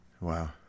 Wow